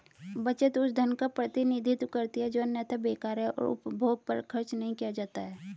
बचत उस धन का प्रतिनिधित्व करती है जो अन्यथा बेकार है और उपभोग पर खर्च नहीं किया जाता है